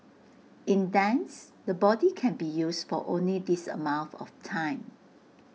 in dance the body can be used for only this amount of time